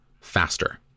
faster